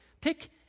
pick